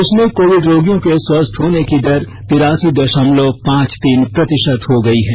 देश में कोविड रोगियों के स्वस्थ होने की दर तिरासी दशमलव पांच तीन प्रतिशत हो गई है